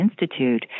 Institute